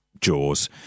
Jaws